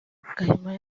gahima